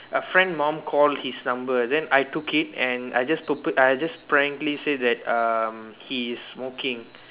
a friend mom call his number then I took it and I just purpose I just prankly said that um he is smoking